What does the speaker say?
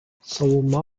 savunma